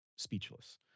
speechless